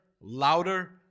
louder